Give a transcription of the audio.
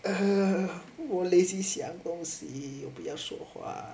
uh 我 lazy sia 恭喜我不要说话